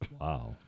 Wow